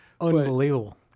Unbelievable